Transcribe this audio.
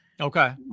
okay